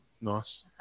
Nice